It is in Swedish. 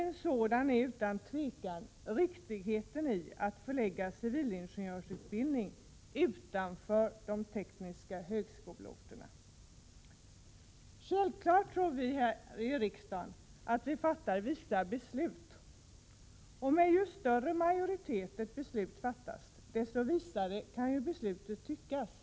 En sådan fråga är utan tvivel riktigheten i att förlägga civilingenjörsutbildning utanför de tekniska högskoleorterna. Självfallet tror vi att vi här i riksdagen fattar visa beslut. Med ju större majoritet ett beslut fattas, desto visare kan beslutet tyckas vara.